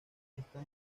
está